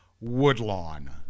Woodlawn